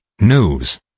News